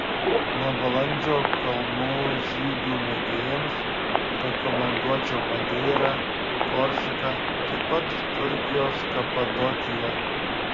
nuo balandžio kalnų žygių mėgėjams rekomenduočiau madeirą korsiką taip pat turkijos kapadokiją